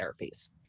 therapies